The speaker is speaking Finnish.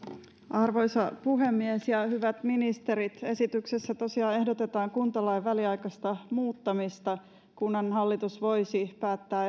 arvoisa puhemies ja hyvät ministerit esityksessä tosiaan ehdotetaan kuntalain väliaikaista muuttamista kunnanhallitus voisi päättää